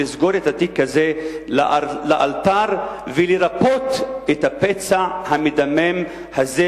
הגיע הזמן לסגור את התיק הזה לאלתר ולרפא את הפצע המדמם הזה